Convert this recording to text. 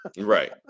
Right